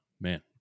man